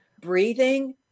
breathing